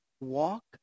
Walk